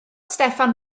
steffan